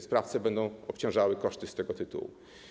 Sprawcę będą obciążały koszty z tego tytułu.